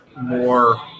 more